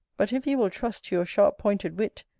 but if you will trust to you sharp-pointed wit,